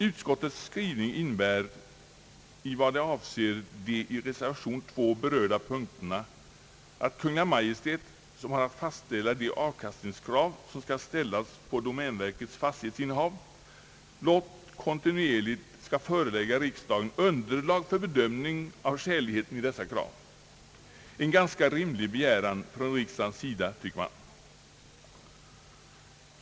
Utskottets skrivning innebär i vad den avser de i reservation 2 berörda punkterna endast att Kungl. Maj:t, som har att fastställa de avkastningskrav som skall tillämpas på domänverkets fastighetsinnehav, skall kontinuerligt förelägga riksdagen underlag för bedömning av skäligheten i dessa krav. Det är en ganska rimlig begäran av riksdagen, tycker man.